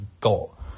got